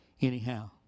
anyhow